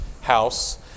house